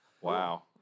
Wow